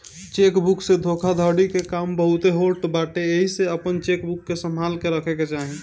check book से धोखाधड़ी के काम बहुते होत बाटे एही से अपनी चेकबुक के संभाल के रखे के चाही